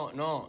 no